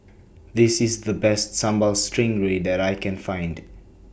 This IS The Best Sambal Stingray that I Can Find